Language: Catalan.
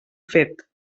fet